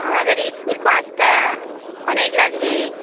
আমাদের স্কুল পাঁচটা অনেক লাগবে